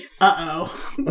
Uh-oh